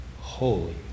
holy